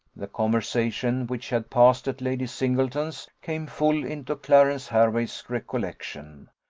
the conversation which had passed at lady singleton's came full into clarence hervey's recollection,